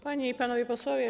Panie i Panowie Posłowie!